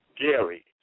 Gary